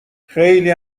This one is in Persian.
خیلی